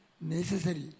necessary